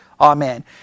Amen